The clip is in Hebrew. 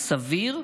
סביר?